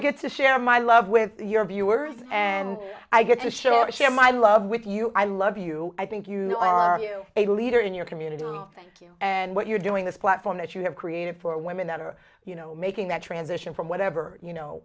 get to share my love with your viewers and i get to share share my love with you i love you i think you know are you a leader in your community thank you and what you're doing this platform that you have created for women that are you know making that transition from whatever you know